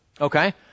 Okay